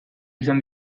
izan